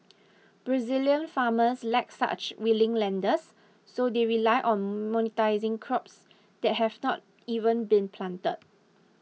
Brazilian farmers lack such willing lenders so they rely on monetising crops that have not even been planted